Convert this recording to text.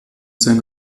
sein